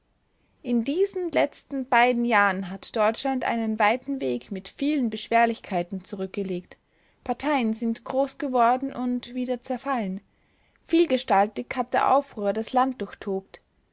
in diesen letzten beiden jahren hat deutschland einen weiten weg mit vielen beschwerlichkeiten zurückgelegt parteien sind groß geworden und wieder zerfallen vielgestaltig hat der aufruhr das land